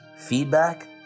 feedback